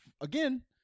Again